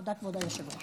תודה, כבוד היושב-ראש.